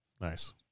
Nice